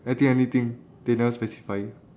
I think anything they never specify